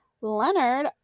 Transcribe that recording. Leonard